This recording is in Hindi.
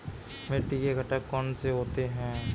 मिट्टी के घटक कौन से होते हैं?